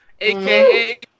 aka